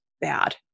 bad